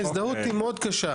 ההזדהות מאוד קשה.